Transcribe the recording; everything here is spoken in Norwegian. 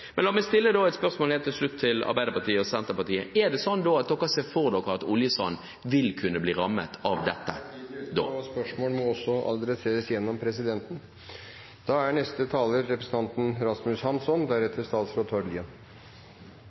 Men så har vi respekt for at Arbeiderpartiet og Senterpartiet ønsker å ta dette i forbindelse med eierskapsmeldingen, og derfor støtter jeg det subsidiært. La meg stille et spørsmål helt til slutt til Arbeiderpartiet og Senterpartiet: Er det slik at dere ser for dere at oljesand vil kunne bli rammet av dette? Tiden er ute. Presidenten